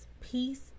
peace